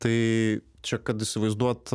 tai čia kad įsivaizduot